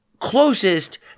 closest